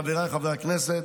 חבריי חברי הכנסת,